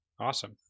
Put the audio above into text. awesome